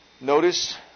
Notice